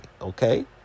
Okay